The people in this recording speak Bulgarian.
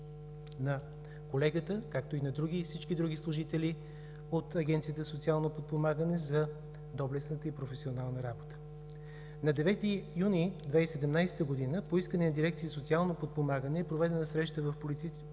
на колегата, както и на всички други служители от Агенцията за социално подпомагане за доблестната и професионална работа. На 9 юни 2017 г. по искане на дирекция „Социално подпомагане“ е проведена среща в полицейския